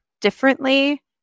differently